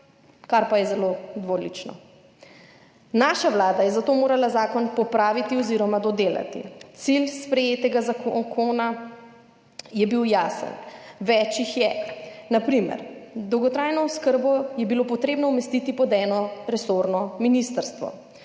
kar pa je zelo dvolično. Naša vlada je zato morala zakon popraviti oziroma dodelati cilj sprejetega zakona. Je bil jasen? Več jih je. Na primer dolgotrajno oskrbo je bilo potrebno umestiti pod eno resorno ministrstvo,